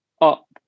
up